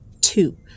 Two